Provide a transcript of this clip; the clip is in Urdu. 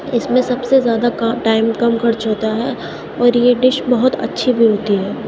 اس میں سب سے زیادہ ٹائم کم خرچ ہوتا ہے اور یہ ڈش بہت اچھی بھی ہوتی ہے